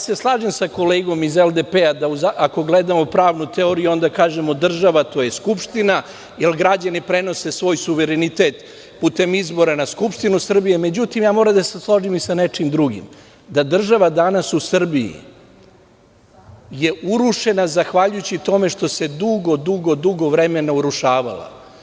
Slažem se sa kolegom iz LDP, ako gledamo pravno teoriju, onda kažemo država to je skupština, jer građani prenose svoj suverenitet putem izbora na Skupštinu Srbije, međutim moram da se složim i sa nečim drugim, da država danas u Srbiji je urušena zahvaljujući tome što se dugo, dugo vremena urušavala.